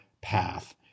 path